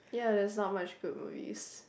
ya there's not much good movies